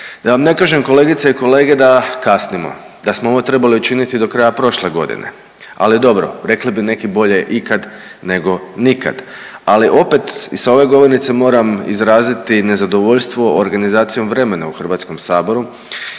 Da vam ne kažem, kolegice i kolege, da kasnimo, da smo ovo trebali učiniti do kraja prošle godine, ali dobro, rekli bi neki bolje ikad nego nikad, ali opet i s ove govornice moram izraziti nezadovoljstvo organizacijom vremena u HS-u